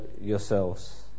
yourselves